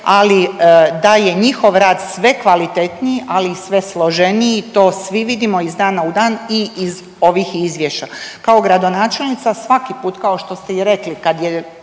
ali da je njihov rad sve kvalitetniji, ali i sve složeniji to svi vidimo iz dana u dan i iz ovih izvješća. Kao gradonačelnica svaki put kao što ste i rekli